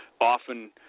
often